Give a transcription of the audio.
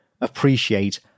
appreciate